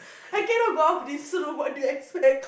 I cannot go out of this room what do you expect